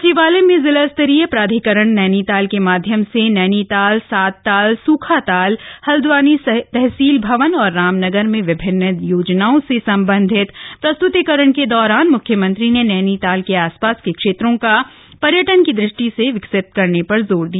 सचिवालय में जिलास्तरीय प्राधिकरण नैनीताल के माध्यम से नैनीताल सातताल सूखाताल हल्द्वानी तहसील भवन और रामनगर में विभिन्न योजनाओं से संबंधित प्रस्त्तीकरण के दौरान मुख्यमंत्री ने नैनीताल के आस पास के क्षेत्रों का पर्यटन की दृष्टि विकसित करने पर जोर दिया